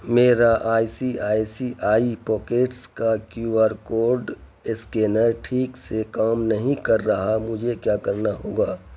میرا I C I C I Pockets کا Q R code scanner ٹھیک سے کام نہیں کر رہا مجھے کیا کرنا ہوگا